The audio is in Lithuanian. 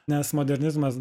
nes modernizmas